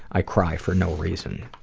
i cry for no reason.